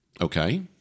Okay